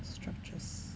structures